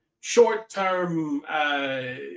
short-term